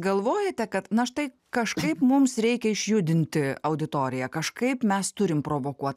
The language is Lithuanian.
galvojate kad na štai kažkaip mums reikia išjudinti auditoriją kažkaip mes turim provokuot